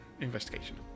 Investigation